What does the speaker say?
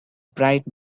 bright